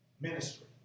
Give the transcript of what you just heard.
Ministry